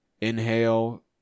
inhale